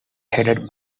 headed